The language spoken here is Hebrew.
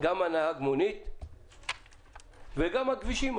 גם נהג המונית וגם הכבישים,